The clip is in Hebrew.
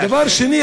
דבר שני,